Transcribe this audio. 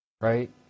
Right